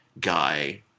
guy